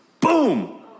boom